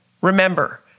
Remember